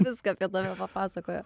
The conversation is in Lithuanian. viską apie tave papasakojo